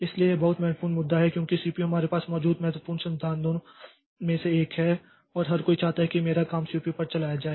इसलिए यह एक बहुत ही महत्वपूर्ण मुद्दा है क्योंकि सीपीयू हमारे पास मौजूद महत्वपूर्ण संसाधनों में से एक है और हर कोई चाहता है कि मेरा काम सीपीयू पर चलाया जाए